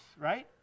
right